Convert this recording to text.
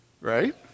Right